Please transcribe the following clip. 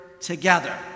together